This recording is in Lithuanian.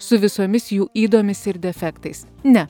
su visomis jų ydomis ir defektais ne